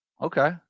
Okay